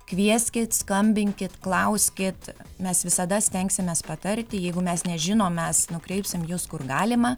kvieskit skambinkit klauskit mes visada stengsimės patarti jeigu mes nežinom mes nukreipsim jus kur galima